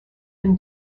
been